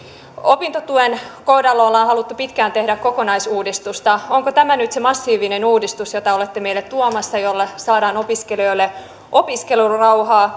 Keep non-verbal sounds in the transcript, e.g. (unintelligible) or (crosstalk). opintotuen kohdalla ollaan haluttu pitkään tehdä kokonaisuudistusta onko tämä nyt se massiivinen uudistus jota olette meille tuomassa jolla saadaan opiskelijoille opiskelurauhaa (unintelligible)